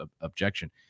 objection